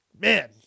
man